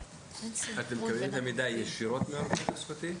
אתם מקבלים את המידע ישירות מהרופא התעסוקתי?